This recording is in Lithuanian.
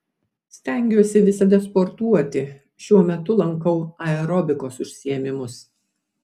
stengiuosi visada sportuoti šiuo metu lankau aerobikos užsiėmimus